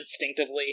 instinctively